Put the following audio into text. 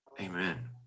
Amen